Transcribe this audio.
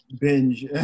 binge